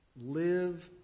Live